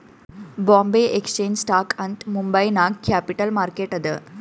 ಬೊಂಬೆ exchange stock ಅಂತ್ ಮುಂಬೈ ನಾಗ್ capital market ಅದಾ